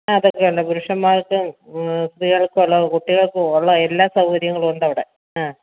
ആ അതൊക്കെ ഉണ്ട് പുരുഷൻമാർക്ക് സ്ത്രീകൾക്കും ഉള്ള കുട്ടികൾക്കുമുള്ള എല്ലാ സൗകര്യങ്ങളും ഉണ്ട് അവിടെ ആ